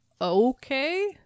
okay